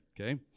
Okay